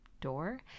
door